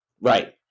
Right